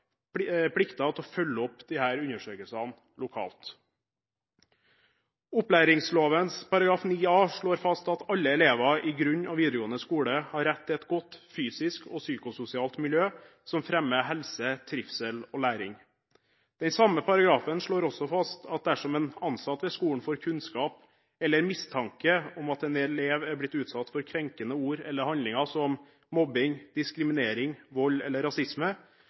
til å følge opp disse undersøkelsene lokalt. Opplæringsloven § 9a slår fast at alle elever i grunnskole og videregående skole har rett til et godt fysisk og psykososialt miljø som fremmer helse, trivsel og læring. Den samme paragrafen slår også fast at dersom en ansatt ved skolen får kunnskap eller mistanke om at en elev er blitt utsatt for krenkende ord eller handlinger, som mobbing, diskriminering, vold eller rasisme,